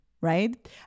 Right